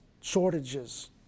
shortages